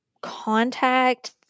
contact